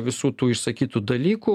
visų tų išsakytų dalykų